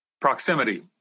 Proximity